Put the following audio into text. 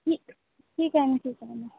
ठीक ठीक आहे